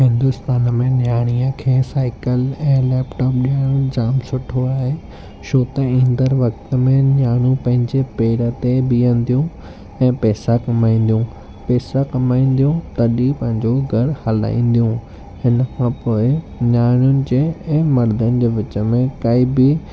हिंदुस्तान में न्याणीअ खे साईकलि ऐं लैपटोपु ॾियणु जाम सुठो आहे छो त ईंदड़ वक़्त में न्याणियूं पंहिंजे पेर ते बीहंदियूं ऐं पैसा कमाईंदियूं पैसा कमाईंदियूं तॾहिं पंहिंजो घरु हलाईंदियूं हिनखां पोइ न्याणियुनि जे ऐं मर्दनि जे विच में काई बि